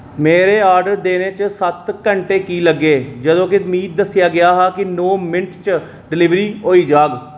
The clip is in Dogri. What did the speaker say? मेरे आर्डर देने च सत्त घैंटे की लग्गे जदूं कि मिगी दस्सेआ गेआ हा कि नौ मैंट्ट च डिलीवरी होई जाग